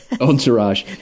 Entourage